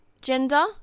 gender